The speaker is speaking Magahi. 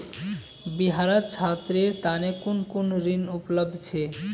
बिहारत छात्रेर तने कुन कुन ऋण उपलब्ध छे